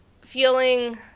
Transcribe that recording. feeling